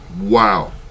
Wow